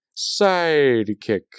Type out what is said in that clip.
sidekick